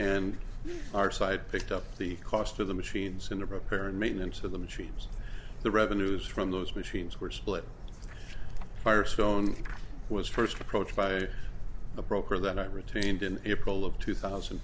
and our side picked up the cost of the machines in the repair and maintenance of the machines the revenues from those machines were split firestone was first approached by the broker that i retained in april of two thousand